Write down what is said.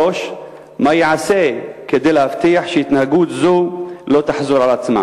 3. מה ייעשה כדי להבטיח שהתנהגות זו לא תחזור על עצמה?